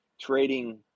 trading –